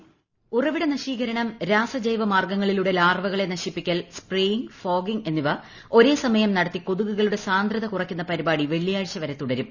voice ഉറവിട നശീകരണം രാസ്പ് ട്ജൈവ മാർഗ്ഗങ്ങളിലൂടെ ലാർവകളെ നശിപ്പിക്കൽ സ്പ്രേയിക്ക് ഫോഗിംങ് എന്നിവ ഒരേ സമയം നടത്തി കൊതുകകളുടെ സാന്ദ്രത കുറയ്ക്കുന്ന പരിപാടി വെള്ളിയാഴ്ച വരെ തുടരും